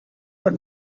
what